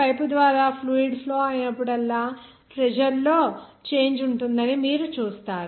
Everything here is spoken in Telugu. పైపు ద్వారా ఫ్లూయిడ్ ఫ్లో ఐనపుడల్లా ప్రెజర్ లో చేంజ్ ఉంటుందని మీరు చూస్తారు